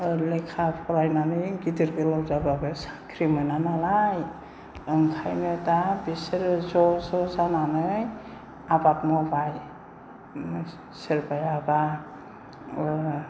लेखा फरायनानै गिदिर गोलाव जाबाबो साख्रि मोना नालाय ओंखायनो दा बिसोरो ज' ज' जानानै आबाद मावबाय सोरबायाबा